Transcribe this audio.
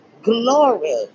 Glory